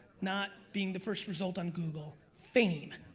not being the first result on google. fame.